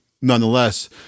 nonetheless